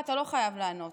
אתה לא חייב לענות.